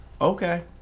Okay